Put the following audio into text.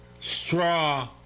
Straw